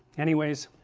anyways